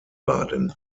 wiesbaden